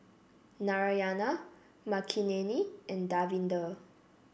Narayana Makineni and Davinder